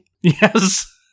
Yes